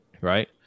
Right